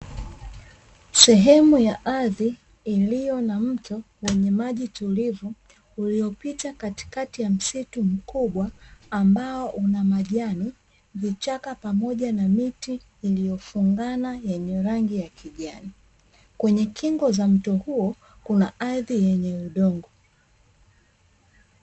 Sehemu ya ardhi iliyo na mto na wenye maji tulivu uliyopita katikati ya msitu mkubwa ambao una majani, vichaka pamoja na miti iliyofungana yenye rangi ya kijani, kwenye kingo za mto huo kuna ardhi yenye udongo.